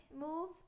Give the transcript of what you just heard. move